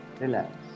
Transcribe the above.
relax